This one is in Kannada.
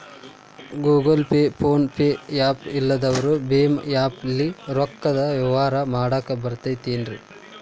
Google pay, PhonePe app ಇಲ್ಲದವರು ಭೇಮಾ ಆ್ಯಪ್ ಲೇ ರೊಕ್ಕದ ವ್ಯವಹಾರ ಮಾಡಾಕ್ ಬರತೈತೇನ್ರೇ?